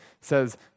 says